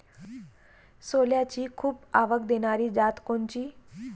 सोल्याची खूप आवक देनारी जात कोनची?